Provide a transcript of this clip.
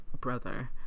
brother